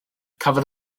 cafodd